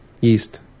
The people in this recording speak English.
Yeast